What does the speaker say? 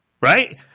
Right